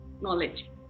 knowledge